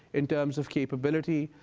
in terms of capability.